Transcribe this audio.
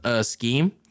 scheme